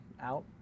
out